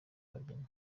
babyina